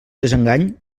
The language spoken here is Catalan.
desengany